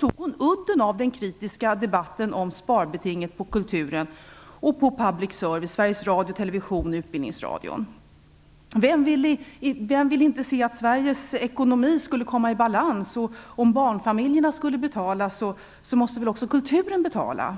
tog hon udden av den kritiska debatten om sparbetingen på kultur och Sveriges Radio och Television och Utbildningsradion. Vem ville inte se att Sveriges ekonomi är i balans? Om barnfamiljerna skulle betala måste väl kulturen också betala.